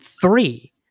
three